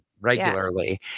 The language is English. regularly